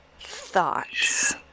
thoughts